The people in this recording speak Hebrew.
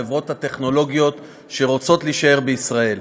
החברות הטכנולוגיות שרוצות להישאר בישראל.